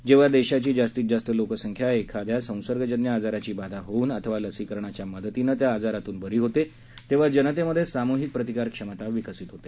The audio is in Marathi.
जेव्हा देशाची जास्तीतजास्त लोकसंख्या एखाद्या संसर्गजन्य आजाराची बाधा होऊन अथवा लसीकरणाच्या मदतीनं त्या आजारामधून बरी होते तेव्हा जनतेमध्ये सामूहिक प्रतिकारक्षमता विकसित होते